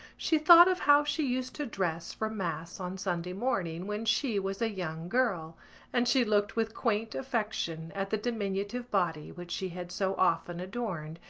she thought of how she used to dress for mass on sunday morning when she was a young girl and she looked with quaint affection at the diminutive body which she had so often adorned.